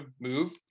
move